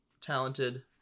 talented